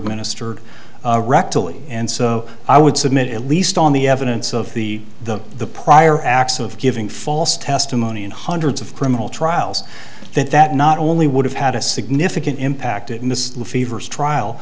rectally and so i would submit at least on the evidence of the the the prior acts of giving false testimony in hundreds of criminal trials that that not only would have had a significant impact on mr fever's trial